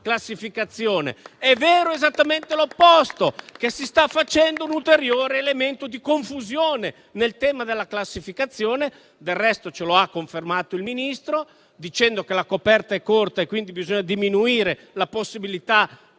classificazione, ma è vero esattamente l'opposto, ovvero che si sta creando un ulteriore elemento di confusione nel tema della classificazione. Del resto, ce lo ha confermato il Ministro dicendo che la coperta è corta e quindi bisogna diminuire la possibilità